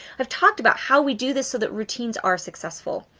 i've talked about how we do this so that routines are successful.